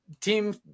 team